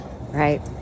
Right